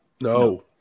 No